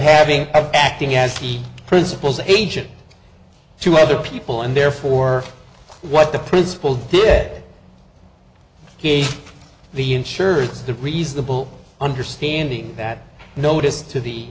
having acting as the principals agent to other people and therefore what the principal did he the insurers the reasonable understanding that notice to the